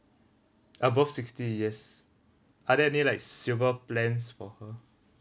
above sixty years are there any like silver plans for her